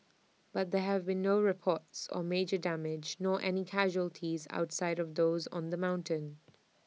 but there have been no reports or major damage nor any casualties outside of those on the mountain